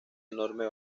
enorme